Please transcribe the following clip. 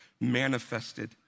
manifested